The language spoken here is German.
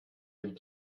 dem